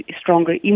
stronger